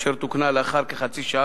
אשר תוקנה לאחר כחצי שעה,